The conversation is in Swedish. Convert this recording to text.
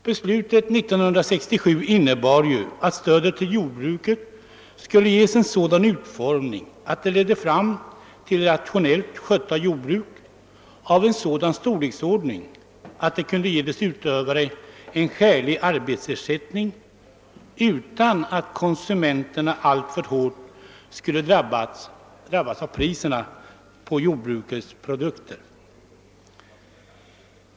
Detta beslut innebar ju att stödet till jordbruket skulle ges en sådan utformning att man kunde skapa rationellt skötta jordbruk av en sådan storleksordning, att jordbrukarna kunde erhålla en skälig arbetsersättning utan att konsumenterna skulle drabbas alltför hårt av priserna på jordbrukets produkter.